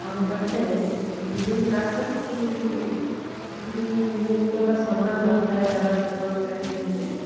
ଆମ ପାଖରେ ବିଜୁଳି କାଟର କିଛି କିଛି ନିୟମିତ ଗୋଟେ ସମୟ ନଥାଏ ଦ୍ୱାରା କେତେବେଳେ ସେ କାଟିଦିଅନ୍ତି